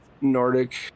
Nordic